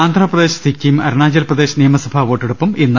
ആന്ധ്രപ്രദേശ് സിക്കിം അരുണാചൽപ്രദേശ് നിയ മസഭാ വോട്ടെടുപ്പും ഇന്ന്